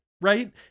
Right